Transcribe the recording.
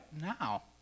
now